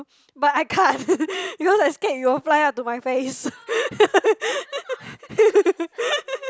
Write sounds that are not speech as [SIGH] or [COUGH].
but I can't [LAUGHS] because I scared you will fly up to my face [LAUGHS]